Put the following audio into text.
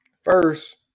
first